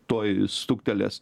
tuoj stuktelės